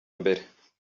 mbere